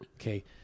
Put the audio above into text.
okay